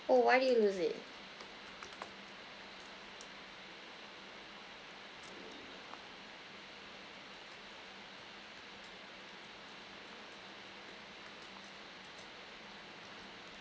oh why did you lose it